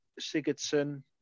Sigurdsson